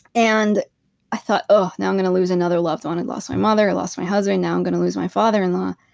and i thought, oh now i'm going to lose another loved one. i and lost my mother, i lost my husband, now i'm going to lose my father-in-law.